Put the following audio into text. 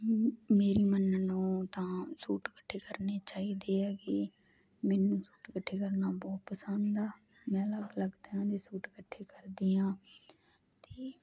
ਮੇਰੀ ਮੰਨਣ ਨੂੰ ਤਾਂ ਸੂਟ ਕੱਠੇ ਕਰਨੇ ਚਾਹੀਦੇ ਹੈਗੇ ਮੈਨੂੰ ਸੂਟ ਇਕੱਠੇ ਕਰਨਾ ਬਹੁਤ ਪਸੰਦ ਆ ਮੈਂ ਲੱਗ ਲੱਗ ਤਰਾਂ ਦੇ ਸੂਟ ਇਕੱਠੇ ਕਰਦੀ ਆਂ ਤੇ